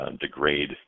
degrade